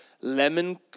lemon